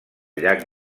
llac